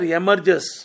emerges